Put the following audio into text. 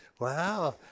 Wow